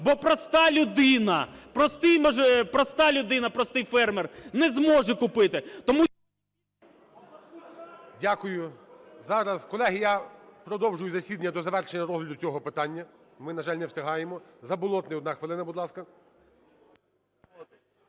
проста людина, простий фермер не зможе купити. Тому… ГОЛОВУЮЧИЙ. Дякую. Зараз, колеги, я продовжую засідання до завершення розгляду цього питання, ми, на жаль, не встигаємо. Заболотний, одна хвилина, будь ласка.